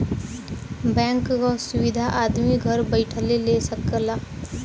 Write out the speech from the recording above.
bank क सुविधा आदमी घर बैइठले ले सकला